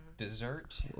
dessert